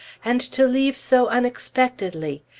and to leave so unexpectedly!